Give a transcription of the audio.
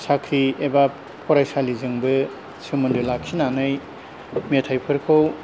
साख्रि एबा फरायसालिजोंबो सोमोन्दो लाखिनानै मेथाइफोरखौ